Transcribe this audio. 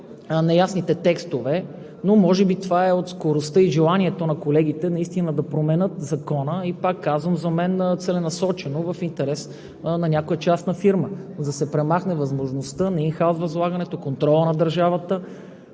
неясните текстове, но може би това е от скоростта и желанието на колегите наистина да променят Закона. Пак казвам, за мен е целенасочено в интерес на някоя частна фирма да се премахне възможността на инхаус възлагането, контрола на държавата,